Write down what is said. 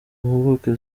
mpuguke